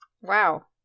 Wow